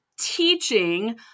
Teaching